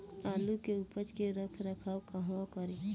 आलू के उपज के रख रखाव कहवा करी?